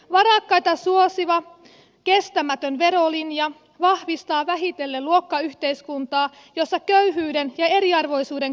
varakkaita suosiva kestämätön verolinja vahvistaa vähitellen luokkayhteiskuntaa jossa köyhyyden ja eriarvoisuuden kasvusta ei enää edes huolestuta